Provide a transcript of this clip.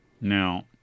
Now